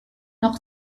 noch